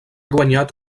guanyat